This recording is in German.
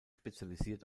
spezialisiert